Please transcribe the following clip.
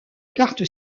carte